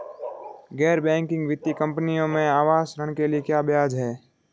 गैर बैंकिंग वित्तीय कंपनियों में आवास ऋण के लिए ब्याज क्या है?